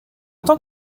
tant